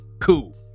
Cool